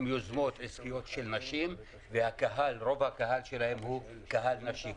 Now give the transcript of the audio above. יוזמות עסקיות של נשים ורוב הקהל שלהם הוא קהל נשי.